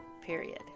period